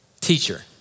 teacher